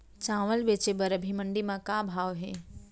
चांवल बेचे बर अभी मंडी म का भाव हे?